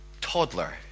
toddler